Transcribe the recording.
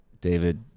David